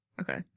Okay